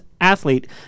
athlete